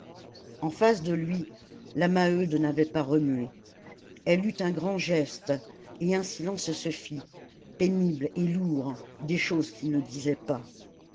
en face de lui la maheude n'avait pas remué elle eut un grand geste et un silence se fit pénible et lourd des choses qu'ils ne disaient pas